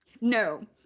No